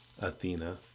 Athena